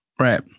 Right